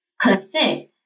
consent